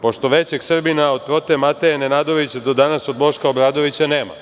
Pošto većeg Srbina, od Prote Mateje Nenadovića, do danas, od Boška Obradovića, nema.